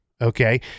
Okay